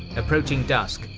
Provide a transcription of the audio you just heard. approaching dusk,